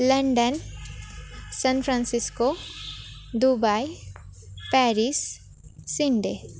London San Francisco Dubai Paris Sydney